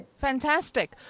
Fantastic